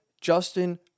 Justin